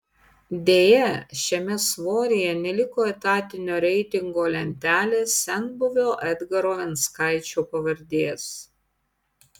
deja šiame svoryje neliko etatinio reitingo lentelės senbuvio edgaro venckaičio pavardės